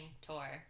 tour